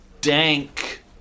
dank